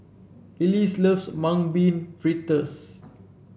Elease loves Mung Bean Fritters